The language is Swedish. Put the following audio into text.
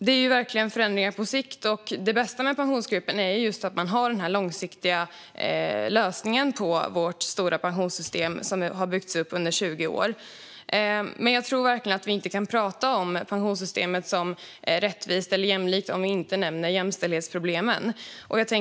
Det blir verkligen förändringar på sikt. Det bästa med Pensionsgruppen är just att vi har en långsiktig lösning för vårt stora pensionssystem som har byggts upp under 20 år. Men jag tror verkligen inte att vi kan tala om pensionssystemet som rättvist eller jämlikt om vi inte nämner jämställdhetsproblemen.